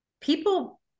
people